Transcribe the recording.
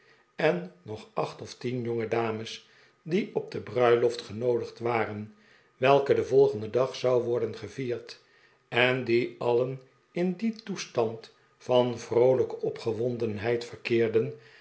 en nog acht of tien jonge dames die op de bruiloft genoodigd waren welke den volgenden dag zou worden gevierd en die alien in dien toestand van vroolijke opgewondenheid verkeerden